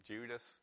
Judas